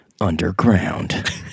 underground